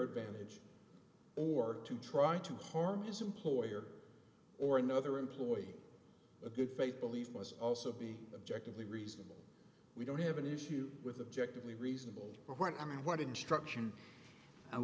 advantage or to try to harm his employer or another employee a good faith belief was also be objectively reasonable we don't have an issue with objective the reasonable or what i mean what instruction